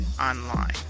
Online